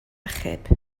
achub